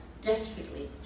desperately